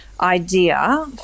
idea